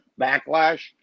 Backlash